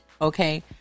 okay